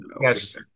yes